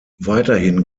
weiterhin